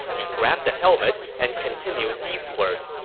he grabbed the helmet and continued eastward.